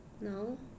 No